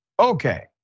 Okay